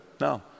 no